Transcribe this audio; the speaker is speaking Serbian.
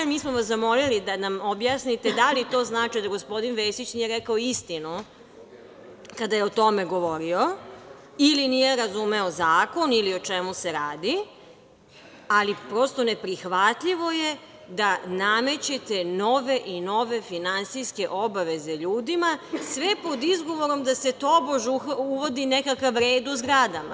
Mi smo vas zamolili da nam objasnite da li to znači da gospodin Vesić nije rekao istinu kada je o tome govorio ili nije razumeo zakon ili o čemu se radi, ali prosto, neprihvatljivo je da namećete nove i nove finansijske obaveze ljudima, sve pod izgovorom da se tobož uvodi nekakav red u zgradama.